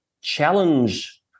challenge